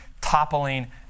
toppling